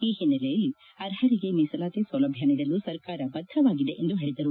ಈ ಹಿನ್ನೆಲೆಯಲ್ಲಿ ಅರ್ಹರಿಗೆ ಮೀಸಲಾತಿ ಸೌಲಭ್ಯ ನೀಡಲು ಸರ್ಕಾರ ಬದ್ದವಾಗಿದೆ ಎಂದು ಹೇಳಿದರು